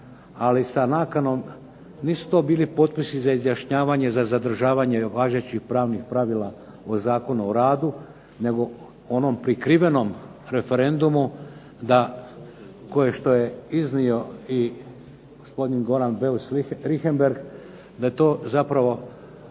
ali sa nakanom, nisu to bili potpisi za izjašnjavanje za zadržavanje važećih pravnih pravila o Zakonu o radu nego onom prikrivenom referendumu da kao što je iznio i gospodin Goran Beus Richembergh da je to zapravo